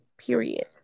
Period